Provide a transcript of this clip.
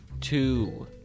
two